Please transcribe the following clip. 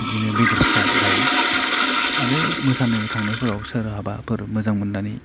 बिदिनो बेदर फिसा जायो आरो मोसानो थांनायफोराव सोरहाबाफोर मोजां मोननानै